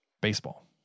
baseball